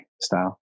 style